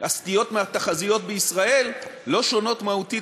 הסטיות מהתחזיות בישראל לא שונות מהותית